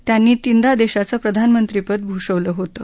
त्यांनी तिनदा देशाचं प्रधानमंत्रीपद भूषवलं होतं